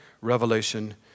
Revelation